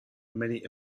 many